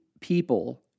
people